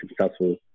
successful